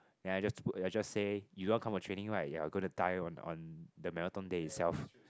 then I just ah I just say you don't want come for training right you're gonna die on on the marathon day itself